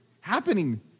happening